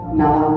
now